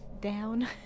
Down